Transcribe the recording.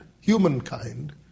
humankind